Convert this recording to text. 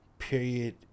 Period